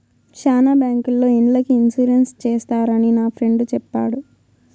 శ్యానా బ్యాంకుల్లో ఇండ్లకి ఇన్సూరెన్స్ చేస్తారని నా ఫ్రెండు చెప్పాడు